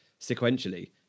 sequentially